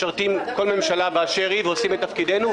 משרתים כל ממשלה באשר היא ועושים את תפקידנו,